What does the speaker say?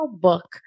book